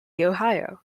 ohio